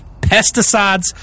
pesticides